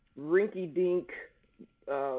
rinky-dink